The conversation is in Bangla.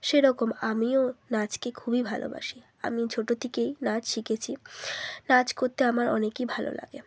সেরকম আমিও নাচকে খুবই ভালোবাসি আমি ছোট থেকেই নাচ শিখেছি নাচ করতে আমার অনেকই ভালো লাগে